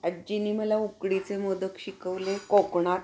आजीने मला उकडीचे मोदक शिकवले कोकणात